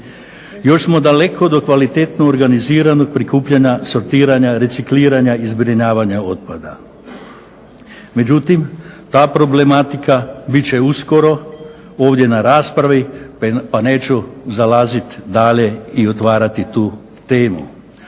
Još smo daleko do kvalitetno organiziranog prikupljanja, sortiranja, recikliranja i zbrinjavanja otpada. Međutim, ta problematika bit će uskoro ovdje na raspravi pa neću zalaziti dalje i otvarati tu temu.